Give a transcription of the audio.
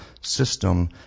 system